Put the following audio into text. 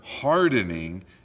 hardening